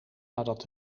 nadat